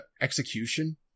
execution